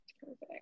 perfect